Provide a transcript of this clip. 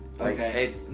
Okay